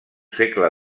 segle